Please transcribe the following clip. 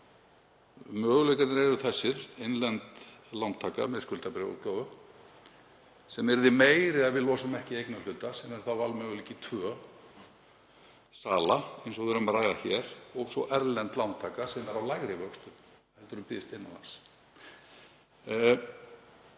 Möguleikarnir eru þessir: Innlend lántaka með skuldabréfaútgáfu sem yrði meiri ef við losum ekki eignarhluta, sem er þá valmöguleiki tvö, sala eins og við erum að ræða hér, og svo erlend lántaka sem er á lægri vöxtum en býðst innan lands.